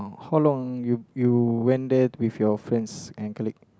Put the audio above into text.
how long you you went there with you friends and colleague